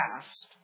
past